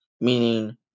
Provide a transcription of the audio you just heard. meaning